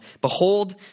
Behold